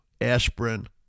aspirin